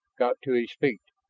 got to his feet.